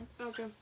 Okay